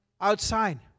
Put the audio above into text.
outside